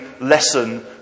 lesson